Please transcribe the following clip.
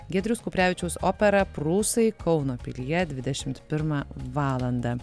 giedriaus kuprevičiaus opera prūsai kauno pilyje dvidešimt pirmą valandą